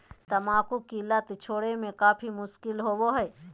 तंबाकू की लत छोड़े में काफी मुश्किल होबो हइ